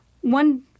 One